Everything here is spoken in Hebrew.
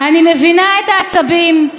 אני מבינה את העצבים,